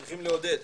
צריכים לעודד.